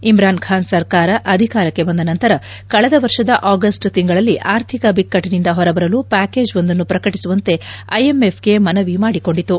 ಇಮ್ರಾನ್ಖಾನ್ ಸರ್ಕಾರ ಅಧಿಕಾರಕ್ಕೆ ಬಂದ ನಂತರ ಕಳೆದ ವರ್ಷದ ಆಗಸ್ಟ್ ತಿಂಗಳಲ್ಲಿ ಆರ್ಥಿಕ ಬಿಕ್ನಟ್ಟೆನಿಂದ ಹೊರಬರಲು ಪ್ಯಾಕೇಜ್ವೊಂದನ್ನು ಪ್ರಕಟಿಸುವಂತೆ ಐಎಂಎಫ್ಗೆ ಮನವಿ ಮಾಡಿಕೊಂಡಿತು